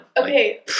okay